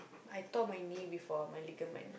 I tore my knee before my ligament